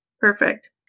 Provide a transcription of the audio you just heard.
Perfect